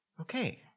Okay